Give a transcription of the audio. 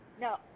No